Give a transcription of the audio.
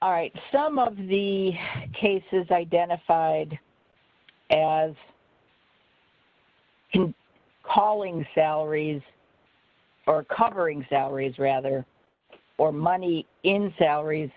all right some of the cases identified as calling salaries are covering salaries rather more money in salaries